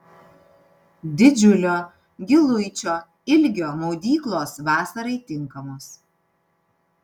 didžiulio giluičio ilgio maudyklos vasarai tinkamos